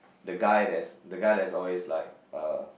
the guy that's the guy that's always like a